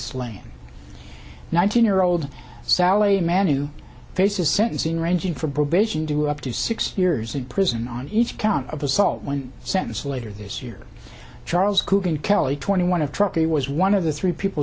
slain nineteen year old sal a man who faces sentencing ranging from probation do up to six years in prison on each count of assault when sentence later this year charles coogan kelly twenty one of truckee was one of the three people